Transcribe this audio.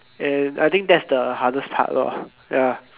and I think that's the hardest part lor ya